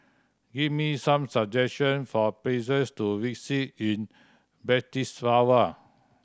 give me some suggestion for places to visit in Bratislava